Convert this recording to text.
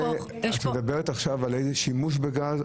את מדברת עכשיו על איזה שימוש בגז?